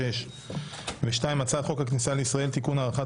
(מ/1556); 2. הצעת חוק הכניסה לישראל (תיקון הארכת